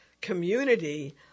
community